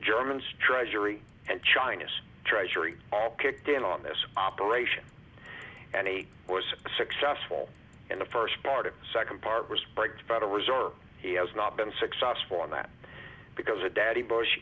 germans treasury and china's treasury all kicked in on this operation and he was successful and the first part of second part was break the federal reserve he has not been successful in that because a daddy bush